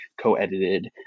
co-edited